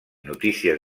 notícies